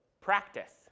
practice